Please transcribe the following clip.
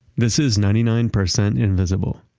this is ninety nine percent invisible.